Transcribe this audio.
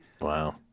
Wow